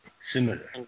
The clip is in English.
Similar